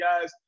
guys